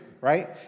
right